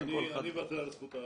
אני מוותר על הזכות.